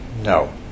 no